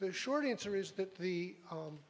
the short answer is that the